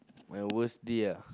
my worst day ah